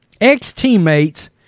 ex-teammates